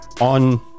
on